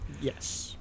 yes